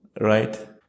right